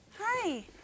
hi